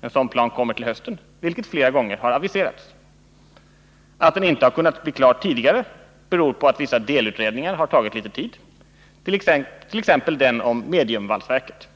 En sådan plan kommer till hösten, vilket flera gånger har aviserats. Att den inte har kunnit bli klar tidigare beror på att vissa delutredningar har tagit litet tid, t.ex. den om mediumvalsverket.